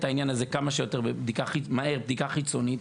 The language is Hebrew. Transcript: העניין הזה כמה שיותר מהר בדיקה חיצונית,